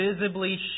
visibly